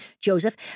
Joseph